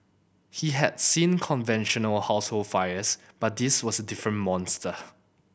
he had seen conventional household fires but this was a different monster